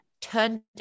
turned